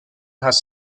has